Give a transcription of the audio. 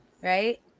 right